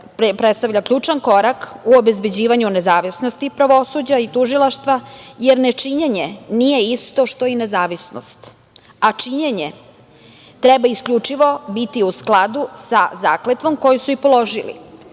predstavlja ključni korak u obezbeđivanju nezavisnosti pravosuđa i tužilaštva, jer nečinjenje nije isto što i nezavisnost, a činjenje treba isključivo biti u skladu sa zakletvom koju su i položaji,